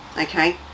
okay